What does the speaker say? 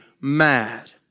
mad